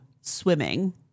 swimming